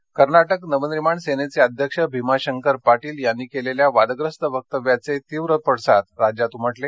कोल्हापर कर्नाटक नवनिर्माण सेनेचे अध्यक्ष भीमाशंकर पाटील यांनी केलेल्या वादग्रस्त वक्तव्याचे तीव्र पडसाद राज्यात उमटले